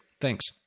Thanks